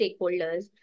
stakeholders